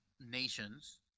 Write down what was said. nations